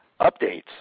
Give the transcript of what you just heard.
updates